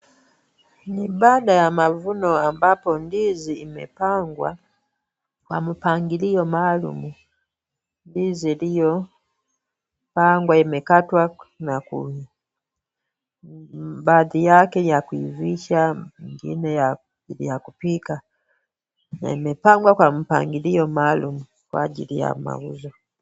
Ni baada ya mavuno ambapo ndizi imepangwa kwa mpangilio maalum. Ndizi ndiyo mpangwa imekatwa na ku baadhi yake ya kuivisha ingine ya kupika . Na imepangwa kwa mpangilio maalum kwa ajili ya mauzo.